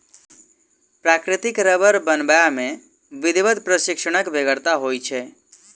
प्राकृतिक रबर बनयबा मे विधिवत प्रशिक्षणक बेगरता होइत छै